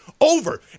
Over